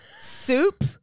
soup